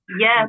Yes